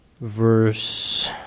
verse